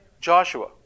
Joshua